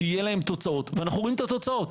שיהיה להן תוצאות ואנחנו רואים את התוצאות.